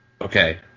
Okay